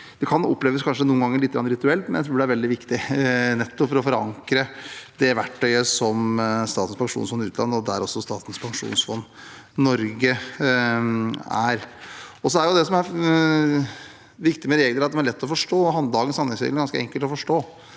22. mai – Referat 2023 ves litt rituelt, men jeg tror det er veldig viktig nettopp for å forankre det verktøyet som Statens pensjonsfond utland og Statens pensjonsfond Norge er. Det som er viktig med regler, er at de er lett å forstå, og dagens handlingsregel er ganske enkel å forstå,